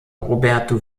roberto